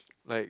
like